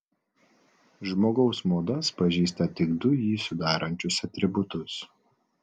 žmogaus modas pažįsta tik du jį sudarančius atributus